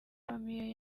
famille